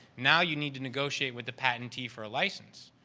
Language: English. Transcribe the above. now you need to negotiate with the patentee for license.